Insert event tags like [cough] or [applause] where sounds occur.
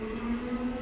[noise]